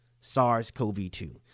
SARS-CoV-2